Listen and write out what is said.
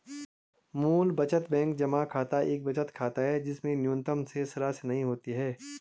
मूल बचत बैंक जमा खाता एक बचत खाता है जिसमें न्यूनतम शेषराशि नहीं होती है